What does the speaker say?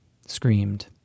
screamed